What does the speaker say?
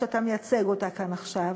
שאתה מייצג אותה כאן עכשיו: